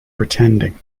pretending